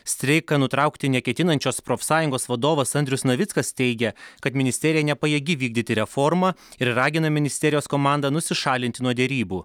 streiką nutraukti neketinančios profsąjungos vadovas andrius navickas teigia kad ministerija nepajėgi vykdyti reformą ir ragina ministerijos komandą nusišalinti nuo derybų